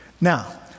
Now